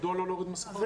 מדוע לא להוריד מסכות?